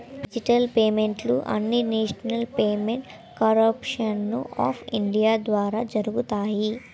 digital పేమెంట్లు అన్నీనేషనల్ payment corporation of India ద్వారా జరుగుతాయి